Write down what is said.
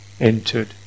entered